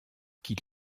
qu’il